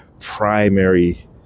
primary